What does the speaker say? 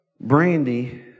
Brandy